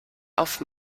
auf